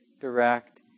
direct